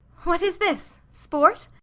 what is this? sport?